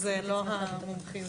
זה לא המומחיות שלי.